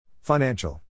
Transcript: Financial